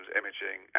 imaging